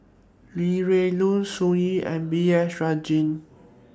Li Rulin Sun Yee and B S Rajhans